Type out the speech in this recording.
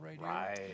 right